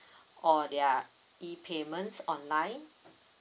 or their E payments online